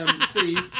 Steve